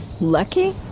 Lucky